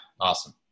Awesome